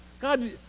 God